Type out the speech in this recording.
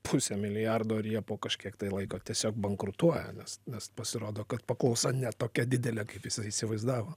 pusę milijardo ir jie po kažkiek tai laiko tiesiog bankrutuoja nes nes pasirodo kad paklausa ne tokia didelė kaip jisai įsivaizdavo